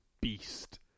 beast